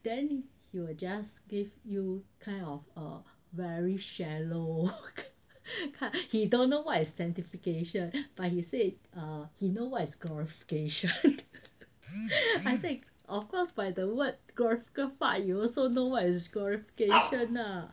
then he will just give you kind of err very shallow he don't know what is certification but he said he know what is glorification I said of course by the word glorified you also know what is glorification lah